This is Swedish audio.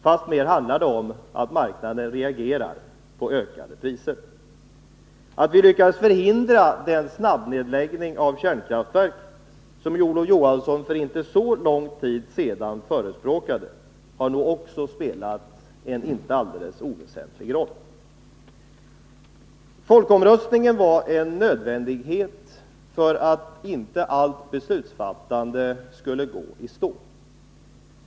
Fastmer handlar det om att marknaden reagerar på ökade priser. Att vi lyckades förhindra den snabbnedläggning av kärnkraftverk som Olof Johansson för inte så lång tid sedan förespråkade har nog också spelat en inte alldeles oväsentlig roll. Folkomröstningen var en nödvändighet för att inte allt beslutsfattande skulle gå i stå.